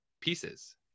pieces